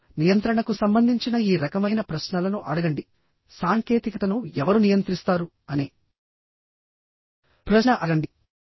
ఇప్పుడునియంత్రణకు సంబంధించిన ఈ రకమైన ప్రశ్నలను అడగండి సాంకేతికతను ఎవరు నియంత్రిస్తారు అనే ప్రశ్న అడగండి